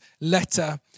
letter